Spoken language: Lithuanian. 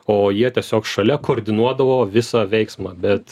o jie tiesiog šalia koordinuodavo visą veiksmą bet